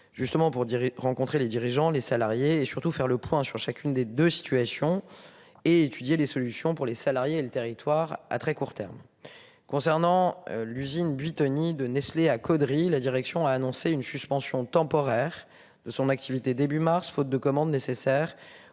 Justement pour dire y rencontrer les dirigeants les salariés et surtout, faire le point sur chacune des 2 situations. Étudier les solutions pour les salariés et le territoire à très court terme concernant l'usine Buitoni de Nestlé à Caudry. La direction a annoncé une suspension temporaire de son activité début mars, faute de commandes nécessaires